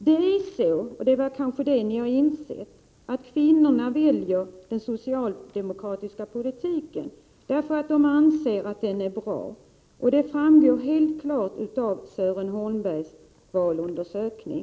Det är så, som ni kanske har insett, att kvinnorna väljer den socialdemokratiska politiken därför att de anser att den är bra. Det framgår helt klart av Sören Holmbergs valundersökning.